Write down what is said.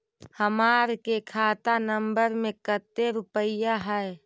हमार के खाता नंबर में कते रूपैया है?